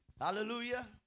Hallelujah